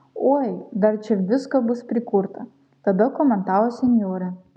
oi dar čia visko bus prikurta tada komentavo senjorė